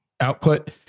output